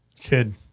Kid